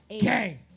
Gang